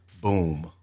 boom